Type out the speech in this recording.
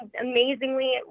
amazingly